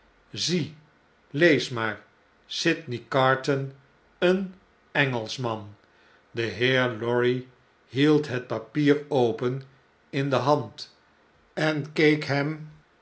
zie lees maar sydney carton een engelschman de heer lorry hield het papier open in de hand en keek hem